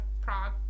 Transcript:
Prague